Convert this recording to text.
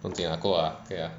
不用紧过啊可以啦